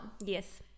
Yes